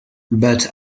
but